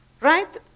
Right